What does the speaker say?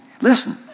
Listen